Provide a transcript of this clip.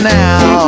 now